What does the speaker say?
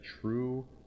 true